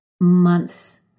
months